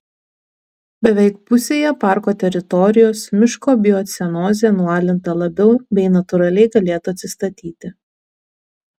beveik pusėje parko teritorijos miško biocenozė nualinta labiau bei natūraliai galėtų atsistatyti